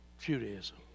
Judaism